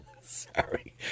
Sorry